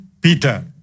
Peter